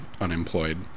unemployed